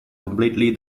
completely